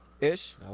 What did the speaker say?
ish